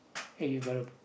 eh you got the